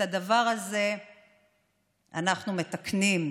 את הדבר הזה אנחנו מתקנים.